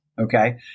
Okay